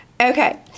Okay